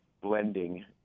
blending